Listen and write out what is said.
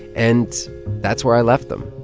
and that's where i left them,